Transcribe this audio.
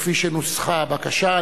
כפי שנוסחה הבקשה.